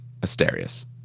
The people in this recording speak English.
Asterius